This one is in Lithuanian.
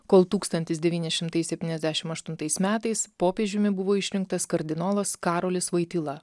kol tūkstantis devyni šimtai septyniasdešimt aštuntais metais popiežiumi buvo išrinktas kardinolas karolis voityla